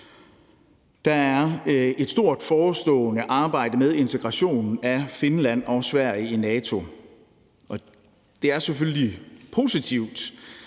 Der er et stort forestående arbejde med integration af Finland og Sverige i NATO, og det er selvfølgelig positivt